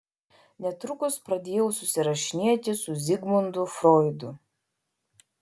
netrukus pradėjau susirašinėti su zigmundu froidu